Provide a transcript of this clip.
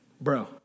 bro